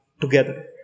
together